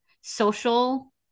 social